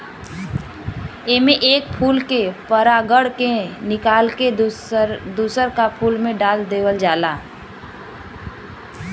एमे एक फूल के परागण के निकाल के दूसर का फूल में डाल देवल जाला